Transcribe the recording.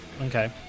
Okay